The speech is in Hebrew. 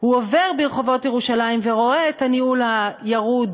הוא עובר ברחובות ירושלים ורואה את הניהול הירוד